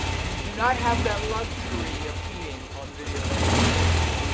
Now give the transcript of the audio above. you do not have that luxury of cheating on the video lecture quizzes.